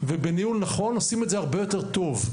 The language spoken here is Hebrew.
ובניהול נכון עושים את זה הרבה יותר טוב.